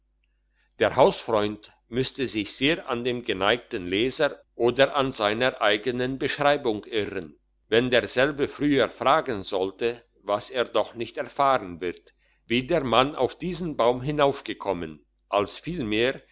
der hausfreund müsste sich sehr an dem geneigten leser oder an seiner eigenen beschreibung irren wenn derselbe früher fragen sollte was er doch nicht erfahren wird wie der mann auf diesen baum hinaufgekommen als vielmehr